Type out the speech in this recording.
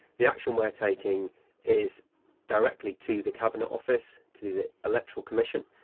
the action we're taking is directly to the cabinet office, to the the electoral commission.